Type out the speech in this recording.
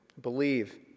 believe